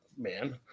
man